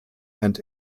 and